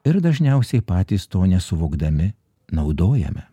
ir dažniausiai patys to nesuvokdami naudojame